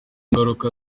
ngaruka